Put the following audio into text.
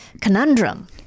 conundrum